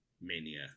Mania